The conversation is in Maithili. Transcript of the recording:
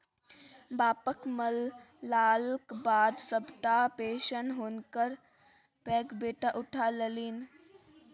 बापक मरलाक बाद सभटा पेशंन हुनकर पैघ बेटा उठा लेलनि